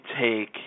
take